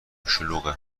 شلوغه